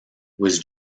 was